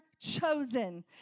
chosen